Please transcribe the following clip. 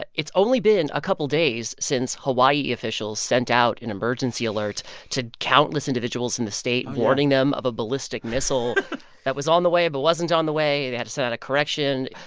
it's only been a couple of days since hawaii officials sent out an emergency alert to countless individuals in the state warning them of a ballistic missile that was on the way but wasn't on the way. they had to send out a correction.